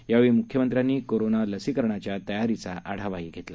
यावेळीम्ख्यमंत्र्यांनीकोरोनालसीकरणाच्यातयारीचाआढावाहीघेतला